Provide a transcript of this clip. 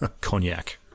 cognac